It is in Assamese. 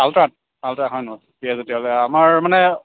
আলট্ৰা আলট্ৰা হয় ন' দিয়া তেতিয়াহ'লে আমাৰ মানে